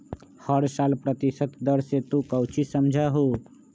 हर साल प्रतिशत दर से तू कौचि समझा हूँ